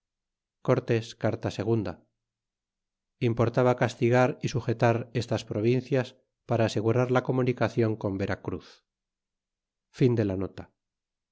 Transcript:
ta ji importaba c pa gar y sujetar estas provincias para asegurar la counmicacion con vera